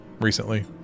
recently